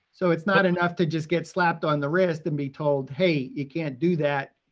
so it's not enough to just get slapped on the wrist and be told, hey, you can't do that,